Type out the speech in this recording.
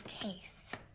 case